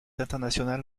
international